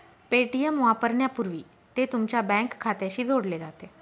Paytm वापरण्यापूर्वी ते तुमच्या बँक खात्याशी जोडले जाते